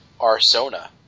Arsona